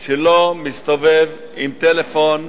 שלא מסתובב עם טלפון,